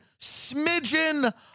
smidgen